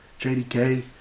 jdk